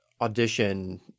Audition